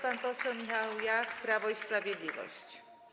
Pan poseł Michał Jach, Prawo i Sprawiedliwość.